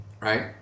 right